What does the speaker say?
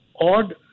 odd